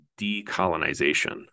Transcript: decolonization